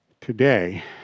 today